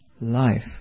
life